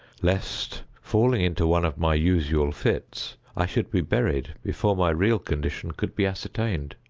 lest, falling into one of my usual fits, i should be buried before my real condition could be ascertained.